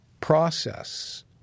process